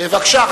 בבקשה,